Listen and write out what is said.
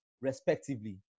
respectively